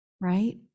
right